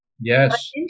Yes